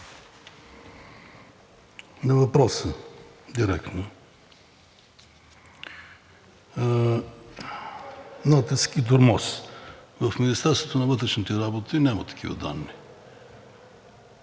На въпроса директно – натиск и тормоз. В Министерството на вътрешните работи няма такива данни.